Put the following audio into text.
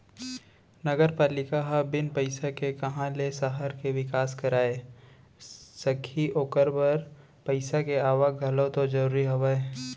नगरपालिका ह बिन पइसा के काँहा ले सहर के बिकास कराय सकही ओखर बर पइसा के आवक घलौ तो जरूरी हवय